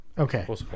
Okay